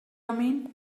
mean